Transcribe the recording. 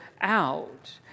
out